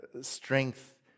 strength